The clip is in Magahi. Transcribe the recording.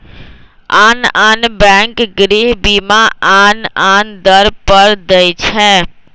आन आन बैंक गृह बीमा आन आन दर पर दइ छै